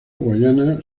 guyana